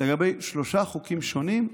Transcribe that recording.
לגבי שלושה חוקים שונים,